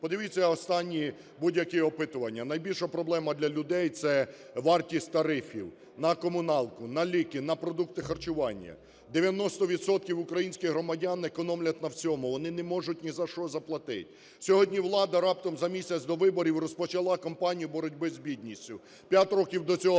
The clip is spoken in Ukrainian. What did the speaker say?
Подивіться останні будь-які опитування: найбільша проблема для людей – це вартість тарифів на комуналку, на ліки, на продукти харчування. 90 відсотків українських громадян економлять на всьому, вони не можуть ні за що заплатити. Сьогодні влада, раптом за місяць до виборів, розпочала кампанію боротьби з бідністю.